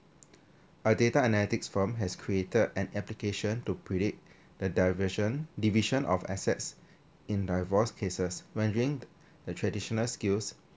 our data analytics firm has created an application to predict the division division of assets in divorce cases when during the traditional skills